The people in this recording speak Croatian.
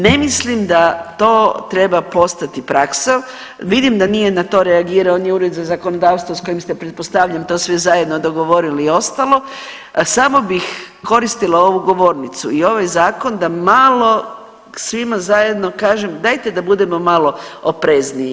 Ne mislim da to treba postati praksa, vidim da nije na to reagirao ni ured za zakonodavstvo s kojim ste pretpostavljam to sve zajedno dogovorili i ostalo, samo bih koristila ovu govornicu i ovaj Zakon da malo svima zajedno kažem, dajte da budemo malo oprezniji.